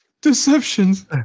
Deceptions